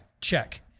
Check